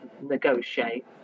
negotiate